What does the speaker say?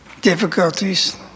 difficulties